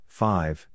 five